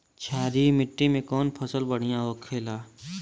क्षारीय मिट्टी में कौन फसल बढ़ियां हो खेला?